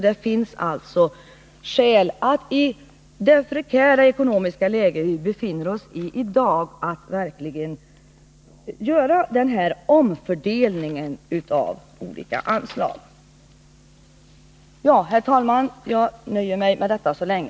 Det finns alltså skäl att med tanke på det prekära ekonomiska läget verkligen göra den omfördelning av olika anslag som föreslagits. Herr talman! Jag nöjer mig med detta så länge.